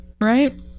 right